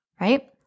right